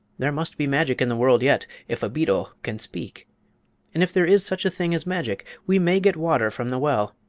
there must be magic in the world yet, if a beetle can speak and if there is such a thing as magic we may get water from the well.